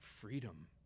freedom